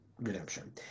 Redemption